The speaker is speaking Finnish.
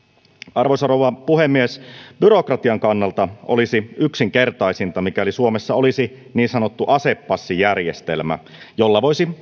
arvoisa rouva puhemies byrokratian kannalta olisi yksinkertaisinta mikäli suomessa olisi niin sanottu asepassijärjestelmä asepassilla voisi